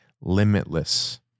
limitless